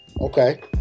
Okay